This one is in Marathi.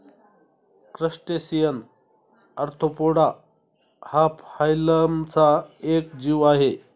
क्रस्टेसियन ऑर्थोपोडा हा फायलमचा एक जीव आहे